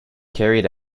carried